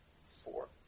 Four